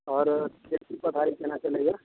आओर खेलकूदके बारेमे केना चलैए